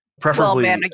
preferably